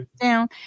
down